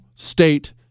State